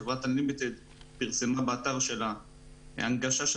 חברת אן-לימיטד פרסמה באתר שלה הנגשה של